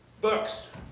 books